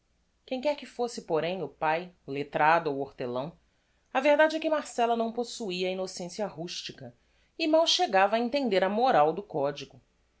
quem quer que fosse porém o pae lettrado ou hortelão a verdade é que marcella não possuia a innocencia rustica e mal chegava a entender a moral do codigo